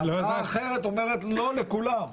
הצעה אחרת אומרת "לא" לכולם.